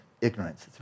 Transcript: ignorance